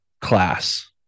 class